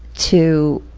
to